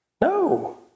No